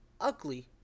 ugly